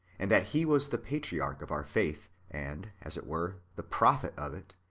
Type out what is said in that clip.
and that he was the patriarch of our faith, and, as it were, the prophet of it,